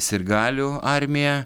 sirgalių armiją